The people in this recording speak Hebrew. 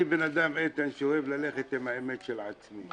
אני בן אדם שאוהב ללכת עם האמת של עצמי.